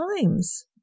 times